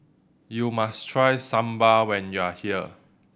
you must try Sambar when you are here